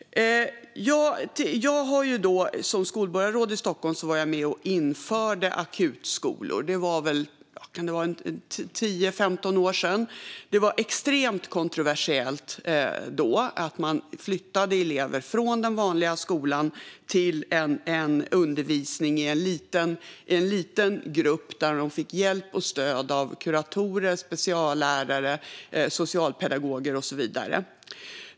Som skolborgarråd i Stockholm var jag med och införde akutskolor för 10-15 år sedan. Det var då extremt kontroversiellt att man flyttade elever från den vanliga skolan till undervisning i en liten grupp där de fick hjälp och stöd av kuratorer, speciallärare, socialpedagoger och så vidare.